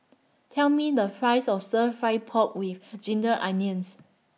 Tell Me The Price of Stir Fry Pork with Ginger Onions